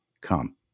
come